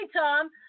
Tom